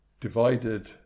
Divided